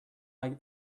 like